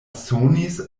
sonis